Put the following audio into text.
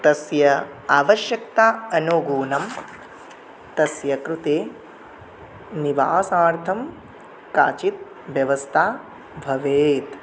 तस्य आवश्यकता अनुगुणं तस्य कृते निवासार्थं काचित् व्यवस्था भवेत्